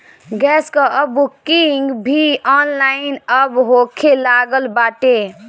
gas कअ booking भी online अब होखे लागल बाटे